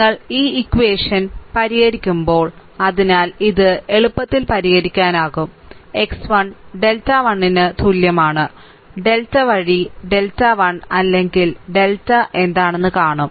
നിങ്ങൾ ഈ ഇക്വഷൻ പരിഹരിക്കുമ്പോൾ അതിനാൽ ഇത് എളുപ്പത്തിൽ പരിഹരിക്കാനാകും x 1 ഡെൽറ്റ 1 ന് തുല്യമാണ് ഡെൽറ്റ വഴി ഡെൽറ്റ 1 അല്ലെങ്കിൽ ഡെൽറ്റ എന്താണെന്ന് കാണും